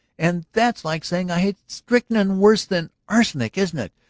and that's like saying i hate strychnine worse than arsenic, isn't it?